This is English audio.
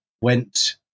went